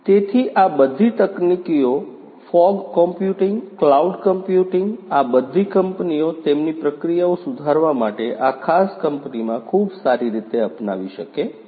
તેથી આ બધી તકનીકીઓ ફોગ કોમ્પ્યુટીંગ ક્લાઉડ કમ્પ્યુટિંગ આ બધી કંપનીઓ તેમની પ્રક્રિયાઓ સુધારવા માટે આ ખાસ કંપનીમાં ખૂબ સારી રીતે અપનાવી શકે છે